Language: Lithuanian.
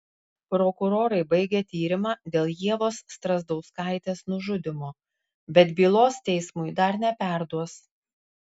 prokurorai baigė tyrimą dėl ievos strazdauskaitės nužudymo bet bylos teismui dar neperduos